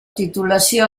titulació